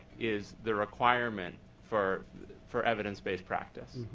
is the requirement for for evidence-based practice.